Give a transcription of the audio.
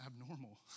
abnormal